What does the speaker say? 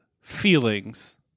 feelings